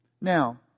Now